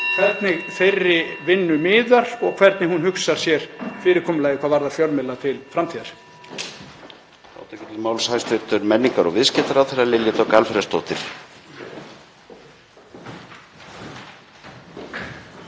hvernig þeirri vinnu miðar og hvernig hún hugsar sér fyrirkomulagið hvað varðar fjölmiðla til framtíðar.